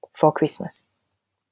for christmas